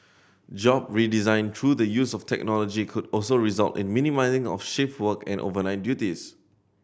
job redesign through the use of technology could also result in minimising of shift work and overnight duties